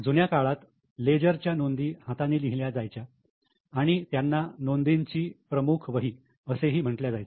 जुन्या काळात लेजरच्या नोंदी हातानी लिहिल्या जायच्या आणि त्यांना 'नोंदीची प्रमुख वही' असेही म्हटल्या जायचे